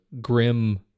grim